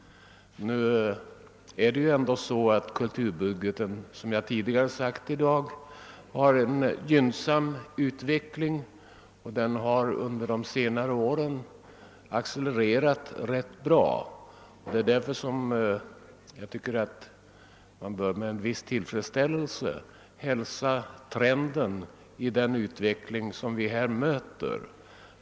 Kulturbudgeten visar — som jag sagt tidigare i dag — en gynnsam utveckling, och den har under senare år accelererat rätt bra. Därför tycker jag att vi med en viss tillfredsställelse bör hälsa trenden i den utveckling som vi här möter.